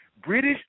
British